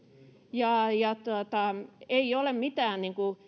ei ole mitään